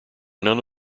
none